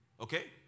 Okay